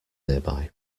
nearby